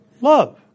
love